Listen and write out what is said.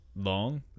Long